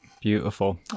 Beautiful